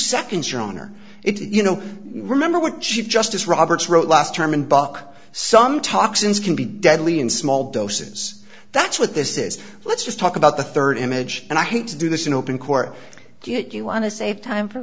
seconds your honor it's you know remember what chief justice roberts wrote last term and buck some toxins can be deadly in small doses that's what this is let's just talk about the third image and i hate to do this in open court get you want to save time for